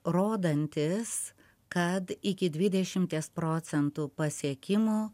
rodantys kad iki dvidešimties procentų pasiekimo